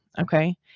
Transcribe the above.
okay